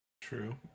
true